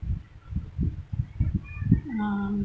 um